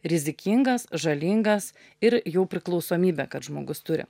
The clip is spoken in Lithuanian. rizikingas žalingas ir jau priklausomybę kad žmogus turi